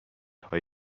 های